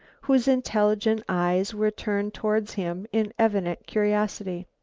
whose intelligent eyes were turned towards him in evident curiosity.